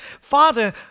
Father